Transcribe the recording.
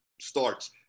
starts